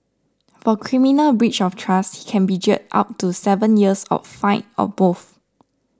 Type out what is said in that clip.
for criminal breach of trust he can be jailed up to seven years or fined or both